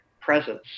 presence